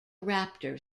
raptor